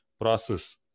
process